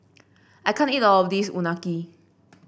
I can't eat all of this Unagi